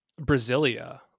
Brasilia